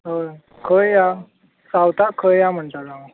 हय खंय या सावथाक खंय म्हणटालो हांव